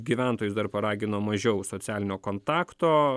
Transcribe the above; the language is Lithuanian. gyventojus dar paragino mažiau socialinio kontakto